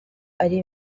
ari